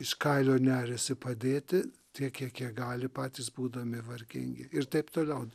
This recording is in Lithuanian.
iš kailio neriasi padėti tiek kiek jie gali patys būdami vargingi ir taip toliau